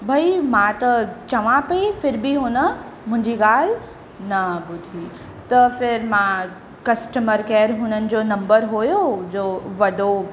भई मां त चवां पई फिर बि हुन मुंहिंजी ॻाल्हि न ॿुधी त फिर मां कस्टमर केयर हुननि जो नंबर हुओ जो वॾो